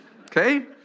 Okay